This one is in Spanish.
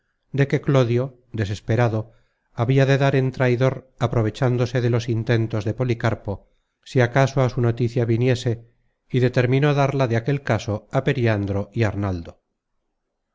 de que clodio desesperado habia de dar en traidor aprovechándose de los intentos de content from google book search generated at policarpo si acaso á su noticia viniese y determinó darla de aquel caso á periandro y arnaldo